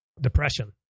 depression